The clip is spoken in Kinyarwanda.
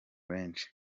benshi